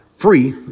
free